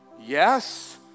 yes